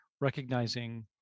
recognizing